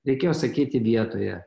reikėjo sakyti vietoje